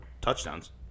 touchdowns